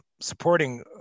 supporting